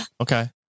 Okay